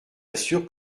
assure